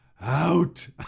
out